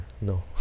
No